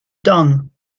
done